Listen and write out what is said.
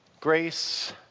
grace